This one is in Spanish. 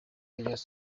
ellas